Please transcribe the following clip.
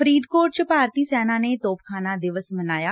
ਫਰੀਦਕੋਟ ਚ ਭਾਰਤੀ ਸੈਨਾ ਨੇ ਤੋਪਖਾਨਾ ਦਿਵਸ ਮਨਾਇਆ